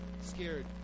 scared